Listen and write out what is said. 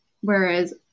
whereas